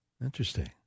Interesting